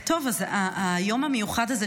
היום המיוחד הזה,